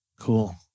Cool